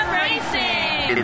racing